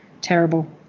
terrible